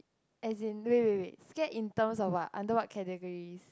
as in wait wait wait get in terms of what under what categories